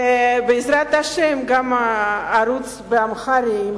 ובעזרת השם גם ערוץ באמהרית,